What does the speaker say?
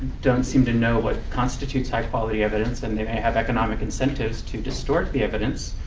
don't seem to know what constitutes high quality evidence. and they may have economic incentives to distort the evidence,